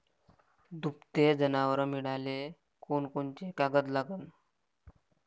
दुभते जनावरं मिळाले कोनकोनचे कागद लागन?